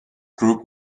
group